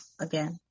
again